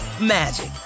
magic